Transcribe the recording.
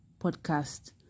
podcast